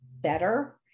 better